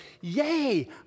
yay